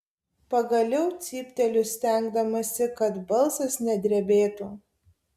pagaliau cypteliu stengdamasi kad balsas nedrebėtų